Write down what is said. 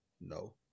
No